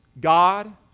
God